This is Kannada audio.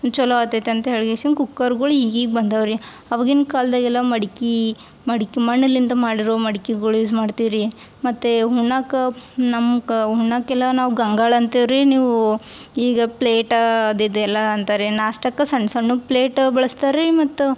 ಚಲೋ ಆತೇತ್ ಅಂತ ಹೇಳಿ ಕುಕ್ಕರ್ಗಳು ಈಗೀಗ ಬಂದವೆ ರೀ ಅವಾಗಿನ ಕಾಲದಾಗೆಲ್ಲ ಮಡಿಕೆ ಮಡ್ಕೆ ಮಣ್ಣಲಿಂದ ಮಾಡಿರೋ ಮಡಿಕಿಗಳು ಯೂಸ್ ಮಾಡ್ತೀವಿ ರೀ ಮತ್ತು ಉಣ್ಣಾಕ ನಮ್ಗ ಉಣ್ಣಾಕ ಎಲ್ಲ ನಾವು ಗಂಗಾಳ ಅಂತೇವೆ ರೀ ನೀವು ಈಗ ಪ್ಲೇಟಾ ಅದಿದೆಲ್ಲ ಅಂತಾರೆ ರೀ ನಾಷ್ಟಕ್ಕೆ ಸಣ್ಣ ಸಣ್ಣ ಪ್ಲೇಟ ಬಳ್ಸ್ತಾರ್ ರೀ ಮತ್ತು